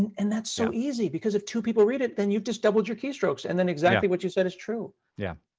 and that's so easy. because if two people read it, then you've just doubled your keystrokes. and then exactly what you said is true. yeah.